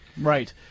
Right